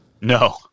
No